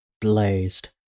blazed